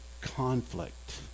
conflict